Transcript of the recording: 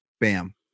bam